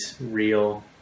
real